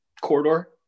corridor